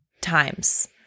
times